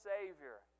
Savior